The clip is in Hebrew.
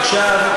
עכשיו,